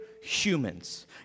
humans